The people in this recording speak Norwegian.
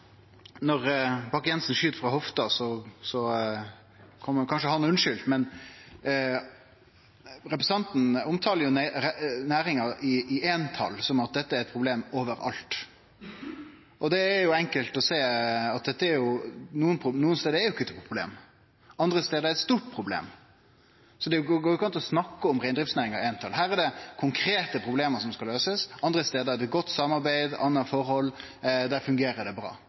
Når Bakke-Jensen skyt frå hofta, kan ein kanskje ha han unnskyldt. Representanten omtalar næringa i eintal, som om dette er problem overalt. Det er enkelt å sjå at nokre stader er ikkje dette noko problem, andre stader er det eit stort problem, så det går ikkje an å snakke om reindriftsnæringa i eintal. Her er det konkrete problem som skal løysast. Andre stader er det godt samarbeid og andre forhold, og der fungerer det bra.